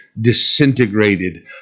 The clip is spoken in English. disintegrated